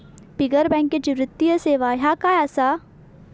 बिगर बँकेची वित्तीय सेवा ह्या काय असा?